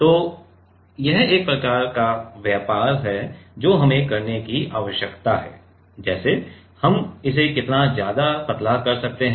तो यह एक प्रकार का व्यापार है जो हमें करने की आवश्यकता है जैसे हम इसे कितना जायदा पतला कर सकते हैं